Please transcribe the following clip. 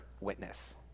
witness